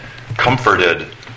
comforted